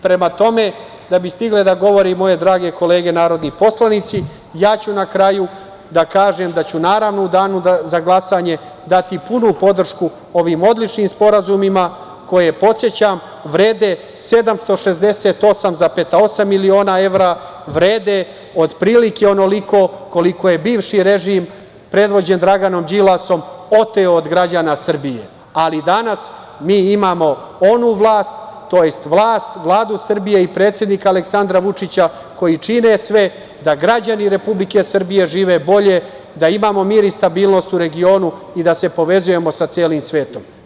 Prema tome, da bi stigle da govore i moje drage kolege narodni poslanici, ja ću na kraju da kažem da ću naravno u danu za glasanje dati punu podršku ovim odličnim sporazumima koje podsećam, vrede 768,8 miliona evra, vrede otprilike onoliko koliko je bivši režim, predvođen Draganom Đilasom oteo od građana Srbije, ali danas mi imamo onu vlast, tj. Vladu Srbije i predsednika Aleksandra Vučića koji čine sve da građani Republike Srbije žive bolje, da imamo mir i stabilnost u regionu i da se povezujemo sa celim svetom.